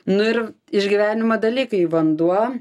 nu ir išgyvenimo dalykai vanduo